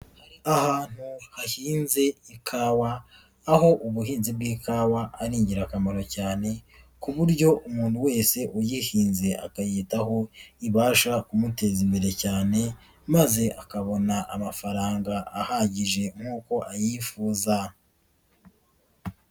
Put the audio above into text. Ahantu hahinze ikawa aho ubuhinzi bw'ikawa ari ingirakamaro cyane ku buryo umuntu wese uyihinze akayitaho ibasha kumuteza imbere cyane maze akabona amafaranga ahagije nkuko ayifuza.